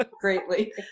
greatly